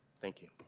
thank you.